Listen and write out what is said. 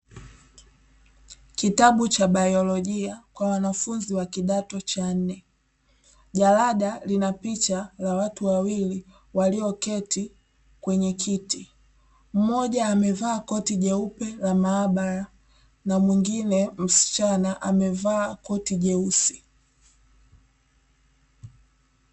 Kitabu cha baiolojia kwa wanafunzi wa kidato cha nne, jalada lina picha ya watu wawili walioketi kwenye kiti mmoja amevaa koti jeupe la maabara na mwingine msichana amevaa koti jeusi.